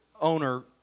owner